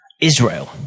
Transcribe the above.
Israel